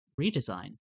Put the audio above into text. redesign